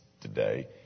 today